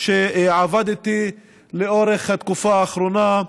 שעבד איתי לאורך התקופה האחרונה.